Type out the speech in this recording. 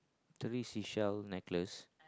three seashell necklace